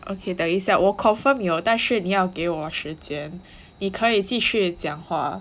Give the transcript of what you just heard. okay 等一下我 confirm 有但是你要给我时间你可以继续讲话